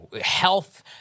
health